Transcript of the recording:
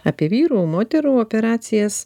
apie vyrų moterų operacijas